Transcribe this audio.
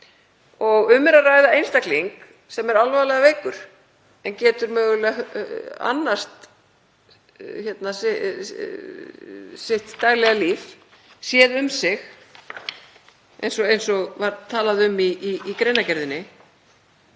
og um er að ræða einstakling sem er alvarlega veikur en getur mögulega annast sitt daglega líf, séð um sig, eins og var talað um í greinargerðinni.